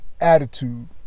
attitude